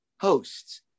hosts